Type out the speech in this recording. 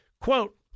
Quote